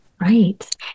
Right